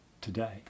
today